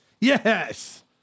Yes